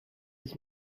its